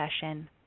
session